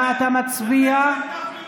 ג'וב טוב,